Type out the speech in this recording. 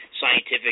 scientific